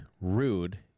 rude